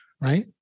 right